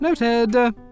Noted